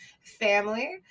family